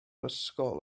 ysgol